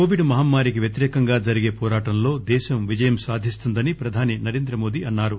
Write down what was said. Covid మహమ్మారికి వ్యతిరేకంగా జరిగే పోరాటంలో దేశం విజయం సాధిస్తుందని ప్రధాని నరేంద్ర మోదీ అన్నారు